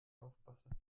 aufpasse